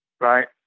right